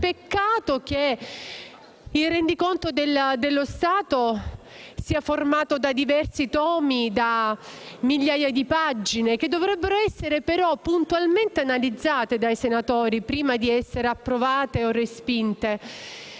Peccato che il rendiconto dello Stato sia formato da diversi tomi e da migliaia di pagine che dovrebbero essere puntualmente analizzate dai senatori, prima di essere approvate o respinte.